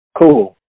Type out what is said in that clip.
cool